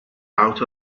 out